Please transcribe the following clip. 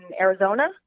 Arizona